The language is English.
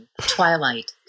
Twilight